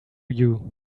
you